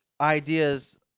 ideas